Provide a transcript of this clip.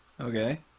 Okay